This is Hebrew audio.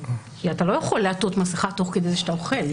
אתה לא יכול לעטות מסכה תוך כדי זה שאתה אוכל.